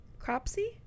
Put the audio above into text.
cropsy